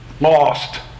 Lost